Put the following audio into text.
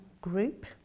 group